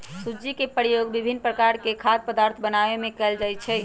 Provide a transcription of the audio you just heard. सूज्ज़ी के प्रयोग विभिन्न प्रकार के खाद्य पदार्थ बनाबे में कयल जाइ छै